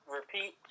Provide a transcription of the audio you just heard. repeat